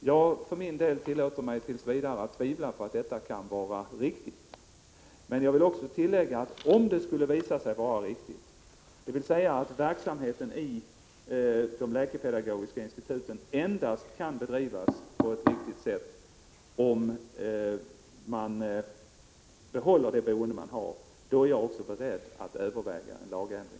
Jag för min del tillåter mig tills vidare tvivla på att detta kan vara riktigt, men jag vill också tillägga att om det skulle visa sig vara riktigt, dvs. om verksamheten i de läkepedagogiska instituten endast kan bedrivas riktigt om man behåller det boende man har, är jag också beredd att överväga lagändring.